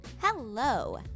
Hello